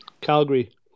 Calgary